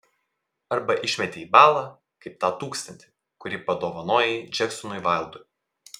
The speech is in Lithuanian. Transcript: arba išmetei į balą kaip tą tūkstantį kurį padovanojai džeksonui vaildui